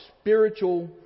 spiritual